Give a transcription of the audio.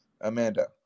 Amanda